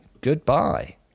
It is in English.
Goodbye